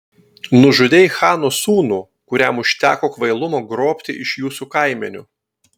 nužudei chano sūnų kuriam užteko kvailumo grobti iš jūsų kaimenių